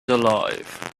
alive